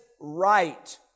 right